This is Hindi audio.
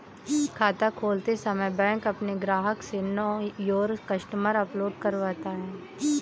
खाता खोलते समय बैंक अपने ग्राहक से नो योर कस्टमर अपडेट करवाता है